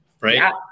Right